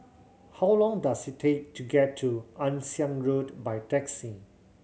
how long does it take to get to Ann Siang Road by taxi